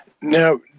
Now